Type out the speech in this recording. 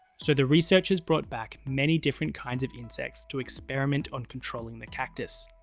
so the researchers brought back many different kinds of insects to experiment on controlling the cactus.